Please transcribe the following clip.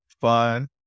fun